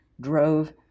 drove